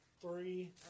three